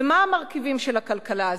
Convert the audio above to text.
מה המרכיבים של הכלכלה הזאת?